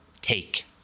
take